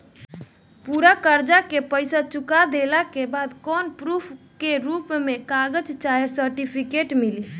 पूरा कर्जा के पईसा चुका देहला के बाद कौनो प्रूफ के रूप में कागज चाहे सर्टिफिकेट मिली?